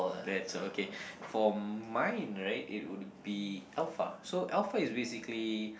that's okay for mine right it would be Alpha so Alpha is basically